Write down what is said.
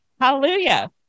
Hallelujah